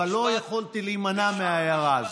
אבל לא יכולת להימנע מההערה הזאת.